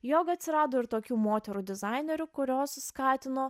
jog atsirado ir tokių moterų dizainerių kurios skatino